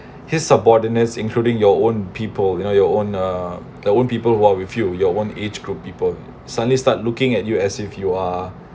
his subordinates including your own people you know your own uh the own people who are with you your own age group people suddenly start looking at you as if you are